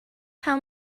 how